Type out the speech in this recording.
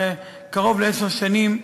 קרוב לעשר שנים,